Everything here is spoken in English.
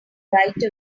right